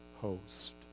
host